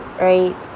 right